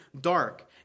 dark